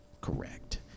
correct